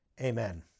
Amen